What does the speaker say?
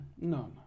no